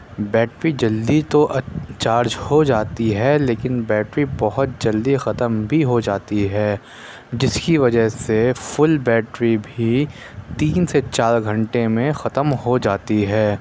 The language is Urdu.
بیٹری جلدی تو اب چارج ہو جاتی ہے لیکن بیٹری بہت جلدی ختم بھی ہو جاتی ہے جس کی وجہ سے فل بیٹری بھی تین سے چار گھنٹے میں ختم ہو جاتی ہے